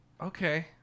Okay